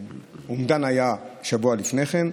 האומדן היה שבוע לפני כן,